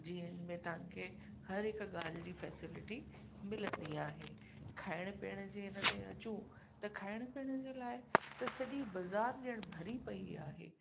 जिन में तव्हां खे हर हिक ॻाल्हि जी फ़ेसिलिटी मिलंदी आहे खाइण पीअण जे हिन ते अचूं त खाइणु पीअण जे लाइ त सॼी बाज़ारि ॼण भरी पई आहे